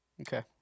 Okay